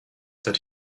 that